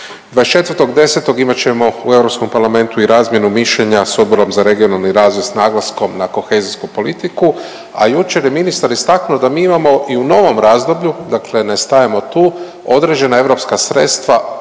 24.10. imat ćemo u Europskom parlamentu i razmjenu mišljenja s Odborom za regionalni razvoj s naglaskom na kohezijsku politiku, a jučer je ministar istaknuo da mi imamo i u novom razdoblju, dakle ne stajemo tu određena europska sredstva samo za